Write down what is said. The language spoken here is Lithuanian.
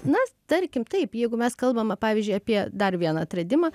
na tarkim taip jeigu mes kalbam pavyzdžiui apie dar vieną atradimą